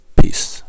Peace